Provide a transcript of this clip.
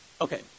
Okay